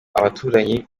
abaturanyi